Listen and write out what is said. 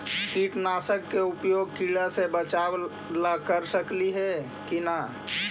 कीटनाशक के उपयोग किड़ा से बचाव ल कर सकली हे की न?